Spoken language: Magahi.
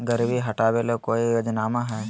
गरीबी हटबे ले कोई योजनामा हय?